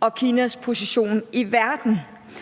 og Kinas position i verden.